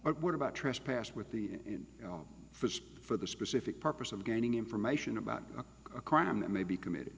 but what about trespass with the fish for the specific purpose of gaining information about a crime that may be committed